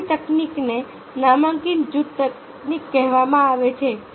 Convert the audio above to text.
બીજી તકનીકને નામાંકિત જૂથ તકનીક કહેવામાં આવે છે